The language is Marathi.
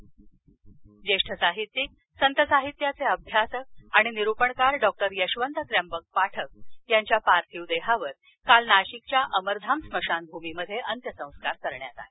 अंत्यसंस्कार ज्येष्ठ साहित्यिक संत साहित्याचे अभ्यासक आणि निरूपणकार डॉक्टर यशवंत त्र्यंबक पाठक यांच्या पार्थिव देहावर काल नाशिकच्या अमरधाम स्मशानभूमीमध्ये अंत्यसंस्कार करण्यात आले